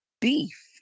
beef